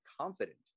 confident